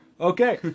Okay